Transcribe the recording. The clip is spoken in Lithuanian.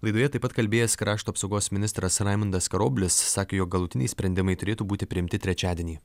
laidoje taip pat kalbėjęs krašto apsaugos ministras raimundas karoblis sakė jog galutiniai sprendimai turėtų būti priimti trečiadienį